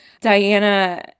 Diana